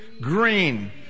Green